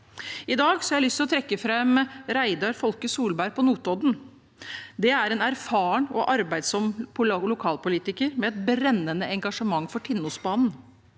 I dag har jeg lyst til å trekke fram Reidar Folke Solberg på Notodden. Det er en erfaren og arbeidsom lokalpolitiker med et brennende engasjement for Tinnosbanen.